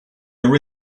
are